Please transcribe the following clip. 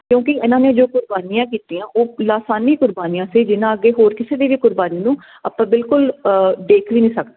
ਕਿਉਂਕਿ ਇਹਨਾਂ ਨੇ ਜੋ ਕੁਰਬਾਨੀਆਂ ਕੀਤੀਆਂ ਉਹ ਲਾਸਾਨੀ ਕੁਰਬਾਨੀਆਂ ਸੀ ਜਿਨਾਂ ਅੱਗੇ ਹੋਰ ਕਿਸੇ ਦੀ ਵੀ ਕੁਰਬਾਨੀ ਨੂੰ ਆਪਾਂ ਬਿਲਕੁਲ ਦੇਖ ਵੀ ਨੀ ਸਕਦੇ